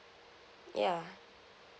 yeah